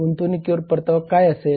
गुंतवणुकीवर परतावा काय असेल